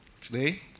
Today